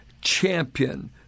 champion